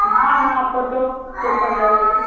हाँ हाँ फ़ोटो यह सब लगेगी